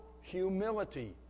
humility